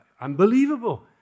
unbelievable